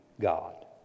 God